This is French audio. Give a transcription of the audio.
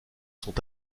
sont